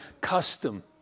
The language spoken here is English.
custom